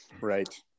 Right